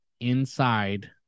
inside